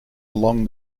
along